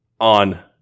on